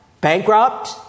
Bankrupt